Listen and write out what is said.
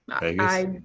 Vegas